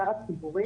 הציבורי,